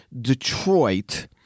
Detroit